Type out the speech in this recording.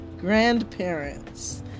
grandparents